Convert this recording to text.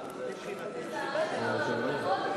לצערנו הרב.